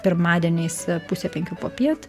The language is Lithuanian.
pirmadieniais pusę penkių popiet